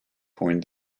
coined